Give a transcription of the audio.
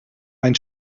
ein